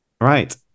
right